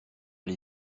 les